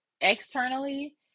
externally